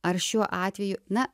ar šiuo atveju na